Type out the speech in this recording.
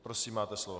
Prosím, máte slovo.